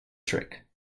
trick